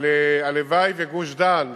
אבל הלוואי ובגוש-דן,